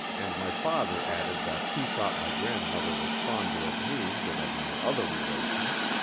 and my father added that he thought my grandmother was fonder of me than of my other relations,